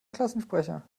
klassensprecher